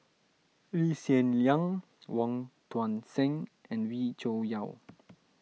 Lee Hsien Yang Wong Tuang Seng and Wee Cho Yaw